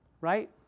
right